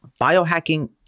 biohacking